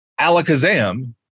alakazam